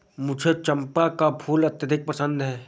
मुझे चंपा का फूल अत्यधिक पसंद है